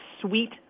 sweet